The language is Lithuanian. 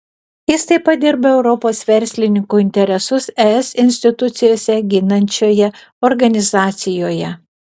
jis taip pat dirba europos verslininkų interesus es institucijose ginančioje organizacijoje